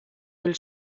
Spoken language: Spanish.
del